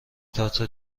تئاتر